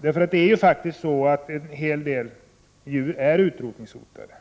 Det är faktiskt så att en hel del djur är utrotningshotade.